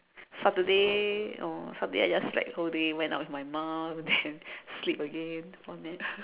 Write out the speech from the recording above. Saturday oh Saturday I just slack the whole day went out with my mum then sleep again